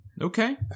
Okay